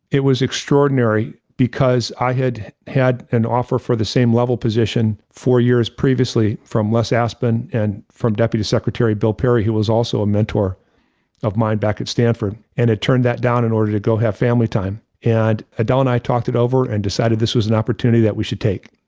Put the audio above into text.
it was extraordinary, because i had had an offer for the same level position four years previously from les aspin, and from deputy secretary bill perry, who was also a mentor of mine back at stanford. and i turned that down in order to go have family time. and adele and i talked it over and decided this was an opportunity that we should take.